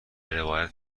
روایت